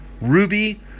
ruby